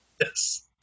Yes